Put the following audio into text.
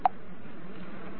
તમને ફટીગ પરીક્ષણનું જ્ઞાન નથી